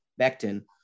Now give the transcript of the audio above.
Becton